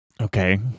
Okay